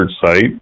site